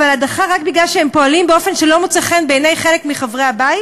אבל הדחה רק בגלל שהם פועלים באופן שלא מוצא חן בעיני חלק מחברי הבית?